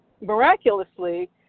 miraculously